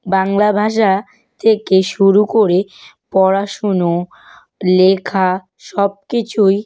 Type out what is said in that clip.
বাংলা ভাষা থেকে শুরু করে পড়াশুনো লেখা সবকিছুই